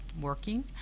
working